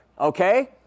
Okay